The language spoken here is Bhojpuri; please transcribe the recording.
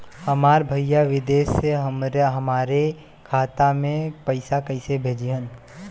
हमार भईया विदेश से हमारे खाता में पैसा कैसे भेजिह्न्न?